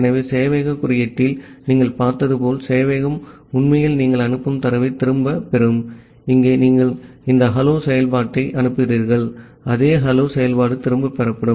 ஆகவே சேவையகக் குறியீட்டில் நீங்கள் பார்த்தது போல் சேவையகம் உண்மையில் நீங்கள் அனுப்பும் தரவைத் திரும்பப் பெறும் இங்கே நீங்கள் இந்த ஹலோ செயல்பாட்டை அனுப்புகிறீர்கள் அதே ஹலோ செயல்பாடும் திரும்பப் பெறப்படும்